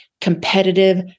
competitive